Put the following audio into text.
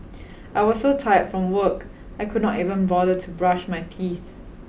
I was so tired from work I could not even bother to brush my teeth